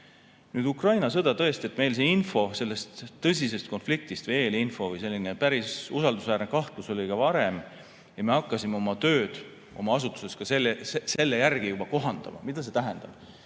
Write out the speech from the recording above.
Ukraina sõda. Tõesti, meil see info sellest tõsisest konfliktist ja eelinfo või päris usaldusväärne kahtlus oli ka varem ja me hakkasime oma tööd oma asutuses selle järgi kohandama. Mida see tähendab?